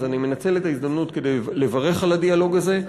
אז אני מנצל את ההזדמנות לברך על הדיאלוג הזה,